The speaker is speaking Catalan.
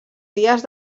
dies